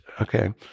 okay